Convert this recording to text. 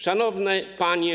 Szanowne Panie!